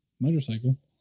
motorcycle